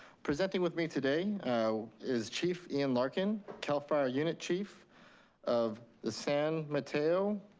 presenting with me today is chief ian larkin, cal fire unit chief of the san mateo,